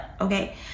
okay